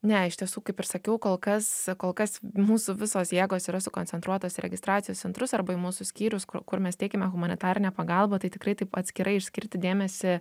ne iš tiesų kaip ir sakiau kol kas kol kas mūsų visos jėgos yra sukoncentruotos į registracijos centrus arba mūsų skyrius kur kur mes teikiame humanitarinę pagalbą tai tikrai taip atskirai išskirti dėmesį